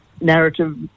narrative